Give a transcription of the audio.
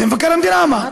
את זה מבקר המדינה אמר.